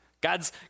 God's